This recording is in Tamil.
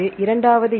இரண்டாவது எது